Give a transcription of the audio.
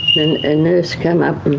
and a nurse came up and